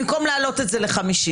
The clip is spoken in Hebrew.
במקום להעלות את זה ל-50%.